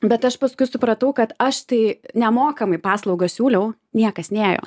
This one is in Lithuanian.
bet aš paskui supratau kad aš tai nemokamai paslaugas siūliau niekas nėjo